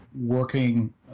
Working